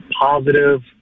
positive